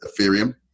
Ethereum